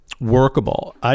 workable